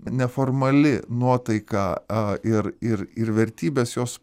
neformali nuotaika a ir ir ir vertybes jos